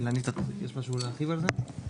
אילנית, יש משהו להרחיב על זה?